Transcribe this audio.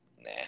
nah